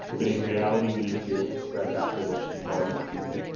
but in reality, we need to be able to spread that privilege to far more people.